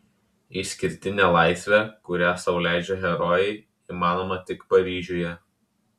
išskirtinė laisvė kurią sau leidžia herojai įmanoma tik paryžiuje